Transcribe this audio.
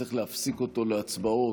נצטרך להפסיק אותו להצבעות,